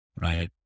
right